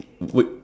wait